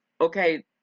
Okay